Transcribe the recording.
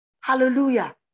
Hallelujah